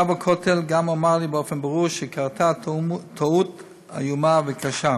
רב הכותל גם אמר לי באופן ברור שקרתה טעות איומה וקשה,